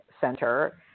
center